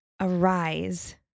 Arise